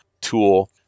tool